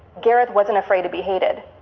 gareth wasn't afraid to be hated,